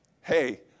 hey